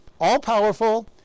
all-powerful